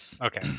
Okay